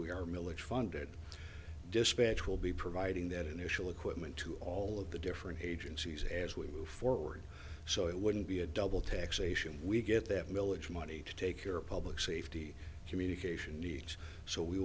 we are milledge funded dispatch will be providing that initial equipment to all of the different agencies as we move forward so it wouldn't be a double taxation we get that milledge money to take your public safety communication